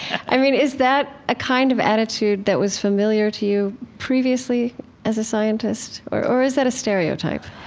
i mean, is that a kind of attitude that was familiar to you previously as a scientist? or or is that a stereotype?